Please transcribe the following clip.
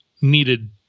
needed